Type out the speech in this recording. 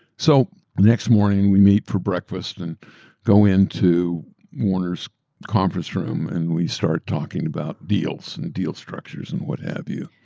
so next morning, we meet for breakfast and go into warner's conference room and we start talking about deals, the and deal structures, and what have you.